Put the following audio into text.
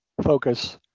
focus